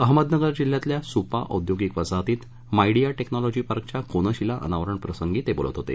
अहमदनगर जिल्ह्यातील सुपा औद्योगिक वसाहतीत मायडीया टेक्नोलॉजी पार्कच्या कोनशिला अनावरण प्रसंगी ते बोलत होते